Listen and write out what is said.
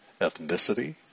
ethnicity